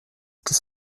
des